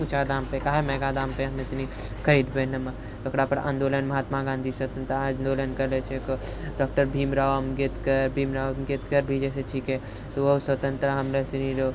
ऊँचा दामपे काहे महंगा दामपे हमे सनि खरीदबे नमक तऽ ओकरा पर आन्दोलन महात्मा गाँधी स्वतन्त्रता आन्दोलन करै छिके डॉक्टर भीमराव अम्बेडकर भीमराव अम्बेडकर भी जइसे छिके तऽ ओ स्वतन्त्रता हमरे सनिरो